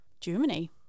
Germany